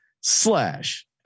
slash